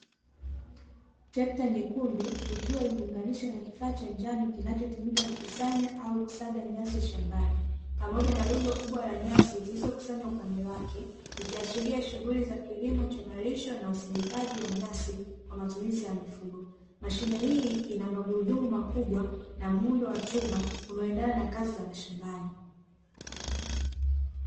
Trekta nyekundu, ikiwa imeunganishwa na kifaa cha njano kinachotumika kukusanya au kusaga nyasi shambani, pamoja na rundo kubwa la nyasi zilizokusanywa upande wake, ikiashiria shughuli za kilimo cha malisho na usindikaji wa nyasi kwa matumizi ya mifugo. Mashine hii ina magurudumu makubwa na muundo wa chuma unaoendana na kazi za mashambani.